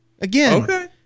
Again